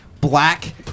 black